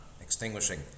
extinguishing